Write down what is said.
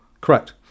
Correct